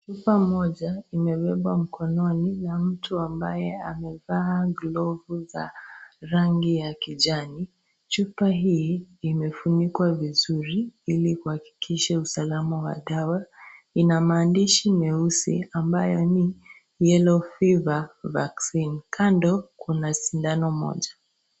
Chupa moja imebebwa mkononi ya mtu ambaye amevaa glovu za rangi ya kijani . Chupa hii imefunikwa vizuri ili kuhakikisha usalama wa dawa, ina maandishi meusi ambayo ni yellow fever vaccine , kando kuna sindano moja.